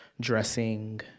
dressing